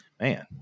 man